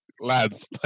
lads